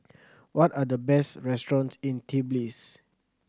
what are the best restaurants in Tbilisi